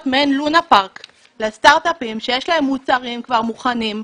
מעין לונה פארק לסטרטאפים שיש להם מוצרים כבר מוכנים,